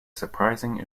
surprising